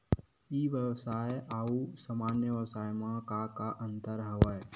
ई व्यवसाय आऊ सामान्य व्यवसाय म का का अंतर हवय?